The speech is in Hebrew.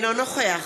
בעד